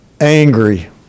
angry